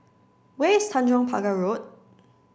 where is Tanjong Pagar Road